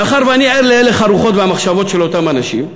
מאחר שאני ער להלך הרוחות והמחשבות של אותם אנשים,